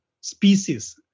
species